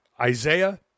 Isaiah